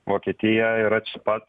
vokietija ir ač pats